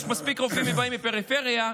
יש מספיק רופאים שבאים מהפריפריה,